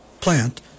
plant